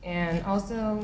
and also